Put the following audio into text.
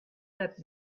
that